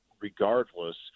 regardless